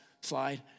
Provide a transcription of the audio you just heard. slide